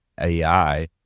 ai